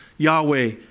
Yahweh